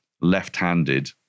left-handed